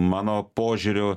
mano požiūriu